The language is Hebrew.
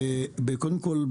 קודם כל,